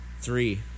three